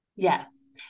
Yes